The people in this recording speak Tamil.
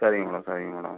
சரிங்க மேடம் சரிங்க மேடம்